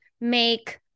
make